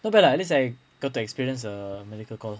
not bad lah at least I got to experience a medical call